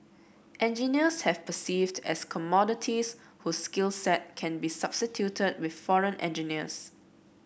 engineers have perceived as commodities whose skill set can be substituted with foreigner engineers